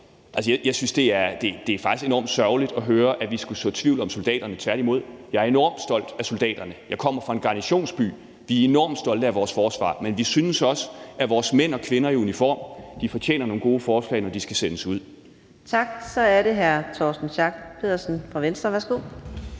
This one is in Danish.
Altså, det er faktisk enormt sørgeligt at høre, at vi skulle så tvivl om soldaterne. Tværtimod er jeg enormt stolt af soldaterne; jeg kommer fra en garnisonsby. Vi er enormt stolte af vores forsvar, men vi synes også, at vores mænd og kvinder i uniform fortjener nogle gode forslag, når de skal sendes ud. Kl. 11:31 Fjerde næstformand (Karina Adsbøl): Tak. Så er det hr. Torsten Schack Pedersen fra Venstre. Værsgo.